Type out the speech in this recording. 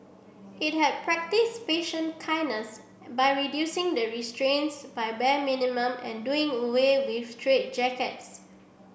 it had practised patient kindness by reducing the restraints by bare minimum and doing away with straitjackets